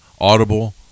Audible